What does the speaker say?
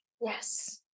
Yes